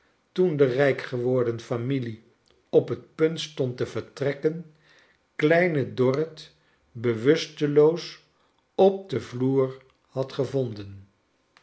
toen de rijk geworden familie op het punt stond te vertrekken kleine dorrit bewusteloos op den vloer had gevonden